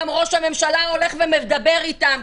גם ראש הממשלה הולך ומדבר איתם,